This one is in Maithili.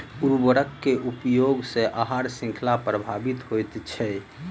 उर्वरक के उपयोग सॅ आहार शृंखला प्रभावित होइत छै